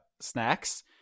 snacks